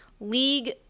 league